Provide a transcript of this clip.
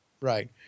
Right